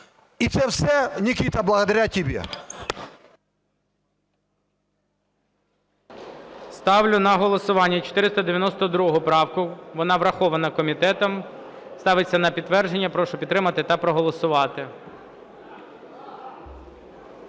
І це все, Никита, благодаря тебе!